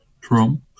Trump